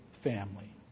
family